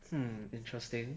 hmm interesting